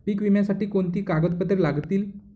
पीक विम्यासाठी कोणती कागदपत्रे लागतील?